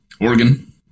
oregon